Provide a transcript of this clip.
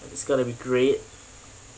it's gonna be great